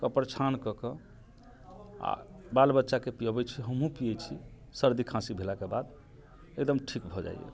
कपड़ छान कऽ कऽ आओर बाल बच्चाके पीअबै छी हमहुँ पीयै छी सर्दी खाँसी भेलाके बाद एकदम ठीक भऽ जाइए